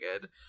good